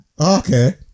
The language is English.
Okay